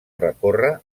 recórrer